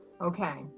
okay